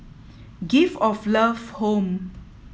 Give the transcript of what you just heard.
gift of Love Home